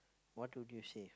what will you save